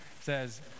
says